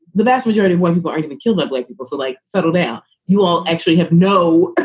the vast majority went blind to the cuban like people. so, like, settle down. you will actually have no